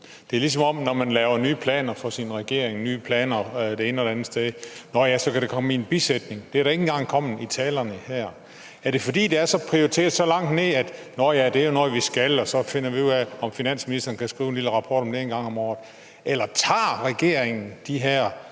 Det er, som om at når man laver nye planer for sin regering – nye planer det ene og det andet sted – så kan det komme i en bisætning. Det er det ikke engang kommet i talerne her. Er det, fordi det er prioriteret så langt ned – sådan nå ja, det er noget, vi skal, og så finder vi ud af, om finansministeren kan skrive en lille rapport om det en gang om året? Eller tager regeringen de her